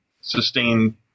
sustain